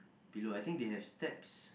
pillow I think they have steps